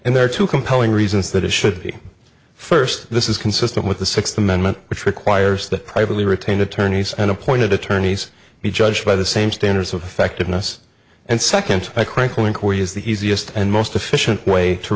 and there are two compelling reasons that it should be first this is consistent with the sixth amendment which requires that privately retained attorneys and appointed attorneys be judged by the same standards of effectiveness and second crinkle inquiry is the easiest and most efficient way to